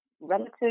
relative